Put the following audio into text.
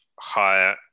higher